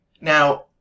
now